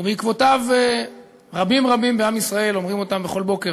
ובעקבותיו רבים-רבים בעם ישראל אומרים אותם בכל בוקר,